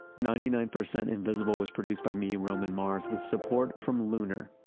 ninety nine percent invisible was produced by me, roman mars, with support from lunar,